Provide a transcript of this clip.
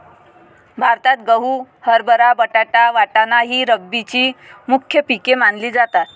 भारतात गहू, हरभरा, बटाटा, वाटाणा ही रब्बीची मुख्य पिके मानली जातात